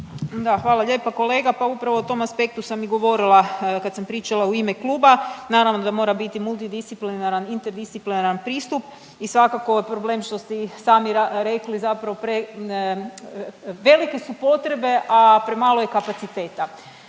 Da, hvala lijepa. Kolega pa upravo o tom aspektu sam i govorila kad sam pričala u ime kluba. Naravno da mora biti multidisciplinaran, interdisciplinaran pristup i svako je problem što ste i sami rekli zapravo velike su potrebe, a premalo je kapaciteta.